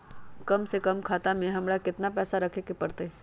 कम से कम खाता में हमरा कितना पैसा रखे के परतई?